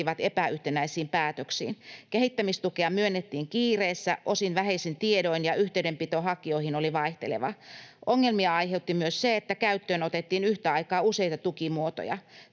epäyhtenäisiin päätöksiin. Kehittämistukea myönnettiin kiireessä, osin vähäisin tiedoin, ja yhteydenpito hakijoihin oli vaihtelevaa. Ongelmia aiheutti myös se, että käyttöön otettiin yhtä aikaa useita tukimuotoja.